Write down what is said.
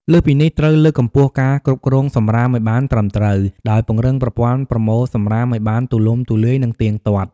លើសពីនេះត្រូវលើកកម្ពស់ការគ្រប់គ្រងសំរាមឱ្យបានត្រឹមត្រូវ ដោយពង្រឹងប្រព័ន្ធប្រមូលសំរាមឱ្យបានទូលំទូលាយ និងទៀងទាត់។